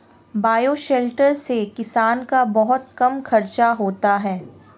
bioshelter से किसान का बहुत कम खर्चा होता है